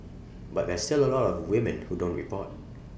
but there's still A lot of women who don't report